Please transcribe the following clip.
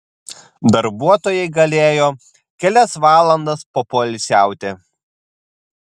darbuotojai galėjo kelias valandas papoilsiauti